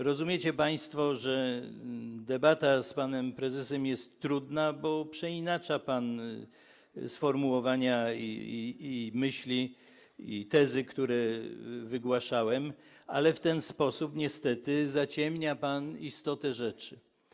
Rozumiecie więc państwo, że debata z panem prezesem jest trudna, bo przeinacza pan sformułowania, myśli i tezy, które wygłaszałem, ale w ten sposób niestety zaciemnia pan istotę rzeczy.